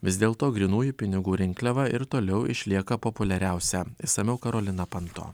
vis dėlto grynųjų pinigų rinkliava ir toliau išlieka populiariausia išsamiau karolina panto